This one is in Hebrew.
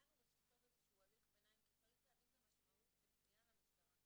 לנו טוב הליך ביניים כי צריך להבין את המשמעות של פנייה למשטרה.